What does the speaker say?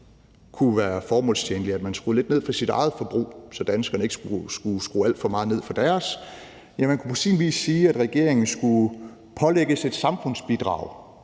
kunne være formålstjenlig, altså at man skruede lidt ned for sit eget forbrug, så danskerne ikke skulle skrue alt for meget ned for deres, ja, man kunne jo på sin vis sige, at regeringen skulle pålægges et samfundsbidrag,